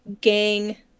gang